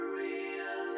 real